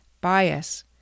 bias